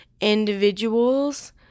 individuals